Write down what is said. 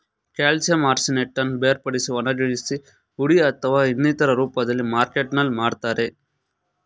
calcium ಆರ್ಸಿನೇಟನ್ನು ಬೇರ್ಪಡಿಸಿ ಒಣಗಿಸಿ ಹುಡಿ ಅಥವಾ ಇನ್ನಿತರ ರೂಪ್ದಲ್ಲಿ ಮಾರುಕಟ್ಟೆಲ್ ಮಾರ್ತರೆ